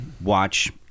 watch